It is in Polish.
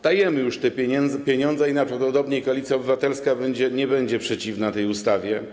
Dajemy już te pieniądze i najprawdopodobniej Koalicja Obywatelska nie będzie przeciwna tej ustawie.